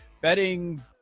betting